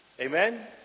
Amen